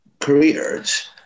careers